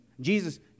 Jesus